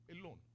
alone